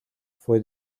fue